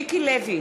מיקי לוי,